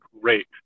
great